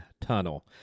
Tunnel